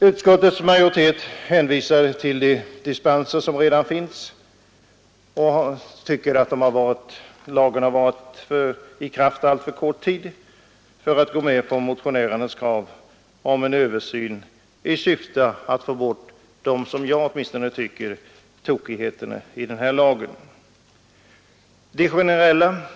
Utskottets majoritet hänvisar till de dispenser som redan finns och till att lagen varit i kraft alltför kort tid för att man skall gå med på motionärernas krav om en översyn i syfte att få bort de tokigheter som i varje fall enligt min uppfattning finns i denna lag.